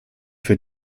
für